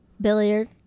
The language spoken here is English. billiard